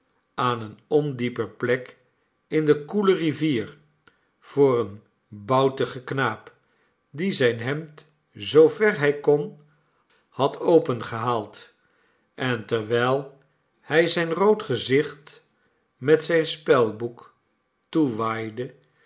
aan eene ondiepe plek in de koele rivier voor een boutigen knaap die zijn hernd zoo ver hij kon had opengehaald en terwijl hij zijn rood gezicht met zijn spelboek toewaaide